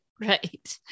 Right